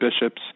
bishops